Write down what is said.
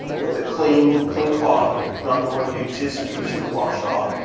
with a clean clean cloth, not the one you just used to wash off,